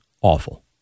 Awful